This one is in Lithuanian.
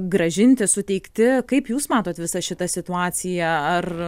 grąžinti suteikti kaip jūs matot visą šitą situaciją ar